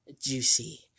juicy